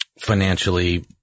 financially